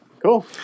Cool